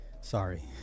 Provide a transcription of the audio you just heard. Sorry